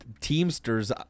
Teamsters